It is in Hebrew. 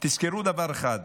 תזכרו דבר אחד,